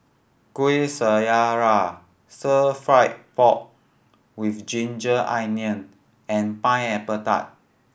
Kuih Syara Stir Fry pork with ginger onion and Pineapple Tart